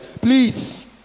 Please